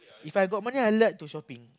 If I got money I like to shopping